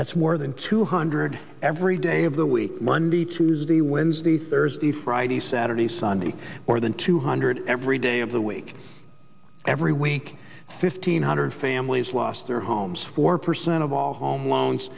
that's more than two hundred every day of the week monday tuesday wednesday thursday friday saturday sunday more than two hundred every day of the week every week fifteen hundred families lost their homes four percent of all home loans